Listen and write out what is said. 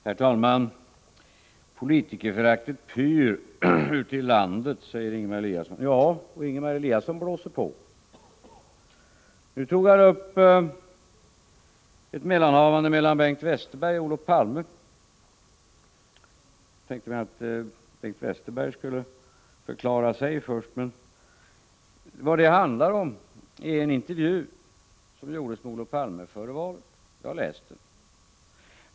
Herr talman! Politikerföraktet pyr ute i landet, säger Ingemar Eliasson. Ja, och Ingemar Eliasson blåser på. Han tog upp ett mellanhavande mellan Bengt Westerberg och Olof Palme. Jag hade tänkt att Bengt Westerberg skulle förklara sig först. Vad det gäller är en intervju som gjordes med Olof Palme före valet. Jag har läst den.